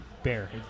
bear